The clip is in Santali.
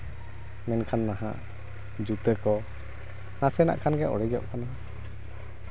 ᱢᱮᱱᱠᱷᱟᱱ ᱱᱟᱦᱟᱸᱜ ᱡᱩᱛᱟᱹ ᱠᱚ ᱱᱟᱥᱮᱱᱟᱜ ᱠᱷᱟᱱ ᱜᱮ ᱚᱲᱮᱡᱚᱜ ᱠᱟᱱᱟ